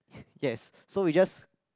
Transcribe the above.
yes so we just